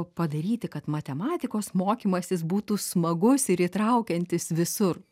padaryti kad matematikos mokymasis būtų smagus ir įtraukiantis visur